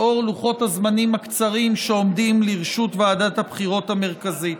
לאור לוחות הזמנים הקצרים שעומדים לרשות ועדת הבחירות המרכזית.